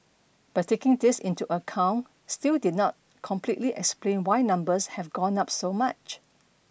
but taking this into account still did not completely explain why numbers have gone up so much